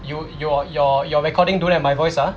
you your your your recording don't have my voice ah